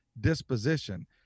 disposition